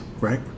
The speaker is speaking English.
right